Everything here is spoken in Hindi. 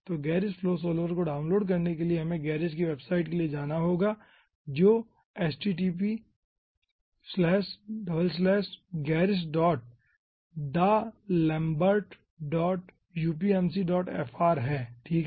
तो गेरिस प्रवाह सॉल्वर को डाउनलोड करने के लिए हमें गेरिस की वेबसाइट के लिए जाना होगा जो httpgerrisdalembertupmcfr है ठीक है